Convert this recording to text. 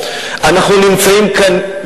אנחנו נמצאים כאן,